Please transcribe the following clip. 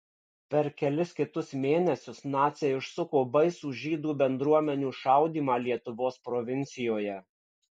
per kelis kitus mėnesius naciai užsuko baisų žydų bendruomenių šaudymą lietuvos provincijoje